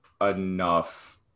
enough